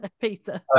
Peter